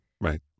Right